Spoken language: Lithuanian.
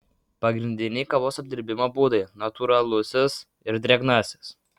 pagrindiniai kavos apdirbimo būdai natūralusis ir drėgnasis